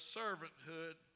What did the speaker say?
servanthood